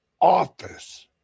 office